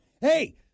Hey